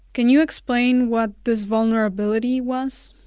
can you explain what this vulnerability was?